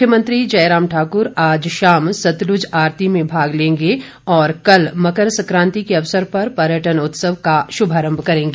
मुख्यमंत्री जयराम ठाक्र आज शाम सतलुज आरती में भाग लेंगे और कल मकर संक्रांति के अवसर पर पर्यटन उत्सव का शुभारम्भ करेंगे